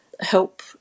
help